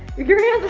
your hand